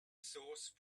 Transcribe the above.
sauce